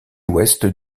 ouest